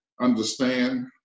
understand